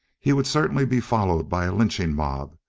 he would certainly be followed by a lynching mob,